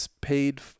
paid